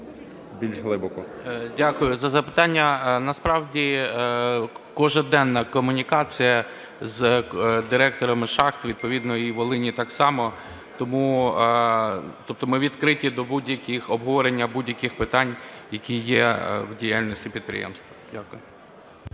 Дякую за запитання. Насправді щоденна комунікація з директорами шахт, відповідно і Волині так само, тому… Тобто ми відриті до будь-яких, обговорення будь-яких питань, які є в діяльності підприємства. Дякую.